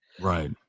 Right